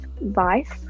vice